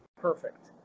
perfect